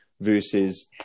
versus